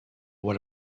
what